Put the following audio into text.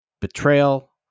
betrayal